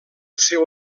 seu